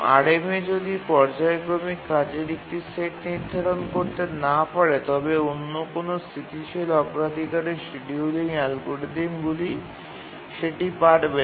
RMA যদি পর্যায়ক্রমিক কাজের একটি সেট নির্ধারণ করতে না পারে তবে অন্য কোনও স্থিতিশীল অগ্রাধিকারের শিডিউলিং অ্যালগরিদমগুলি সেটি পারবে না